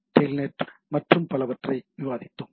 B telnet மற்றும் பலவற்றை விவாதித்தோம்